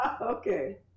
Okay